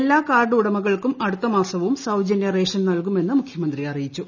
എല്ലാ കാർഡുടടമകൾക്കും അടുത്ത മാസവും സൌജന്യ റേഷൻ നൽകുമെന്ന് മുഖ്യമന്ത്രി അറിയിച്ചു